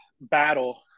battle